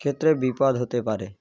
ক্ষেত্রে বিপদ হতে পারে